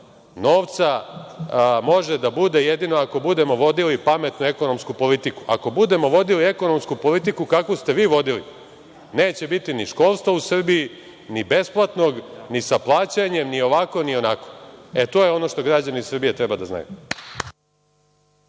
Novca može da bude jedino ako budemo vodili pametno ekonomsku politiku. Ako budemo vodili ekonomsku politiku, politiku kakvu ste vi vodili, neće biti ni školstva u Srbiji ni besplatnog, ni sa plaćanjem, ni ovakvo, ni onakvo. To je ono što građani Srbije treba da znaju.